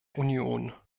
union